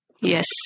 Yes